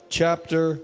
chapter